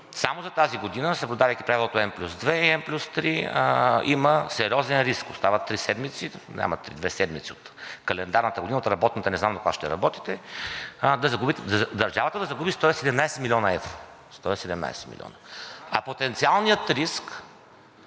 само за тази година, съблюдавайки правилото N+2 и N+3, има сериозен риск. Остават три седмици – две седмици от календарната година, а от работната –не знам докога ще работите, държавата да загуби 117 млн. евро. 117! А потенциалният риск,